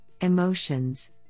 emotions